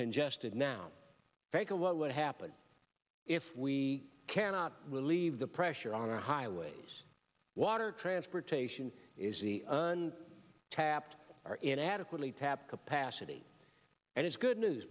congested now what would happen if we cannot relieve the pressure on our highways water transportation is the un tapped our inadequately tap capacity and it's good news